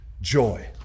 joy